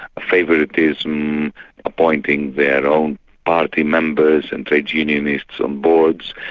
favouritism, appointing their own party members and trade unionists on boards.